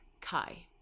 Kai